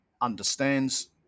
understands